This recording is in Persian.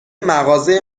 مغازه